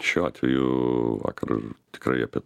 šiuo atveju vakar tikrai apie